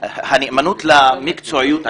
הנאמנות למקצועיות,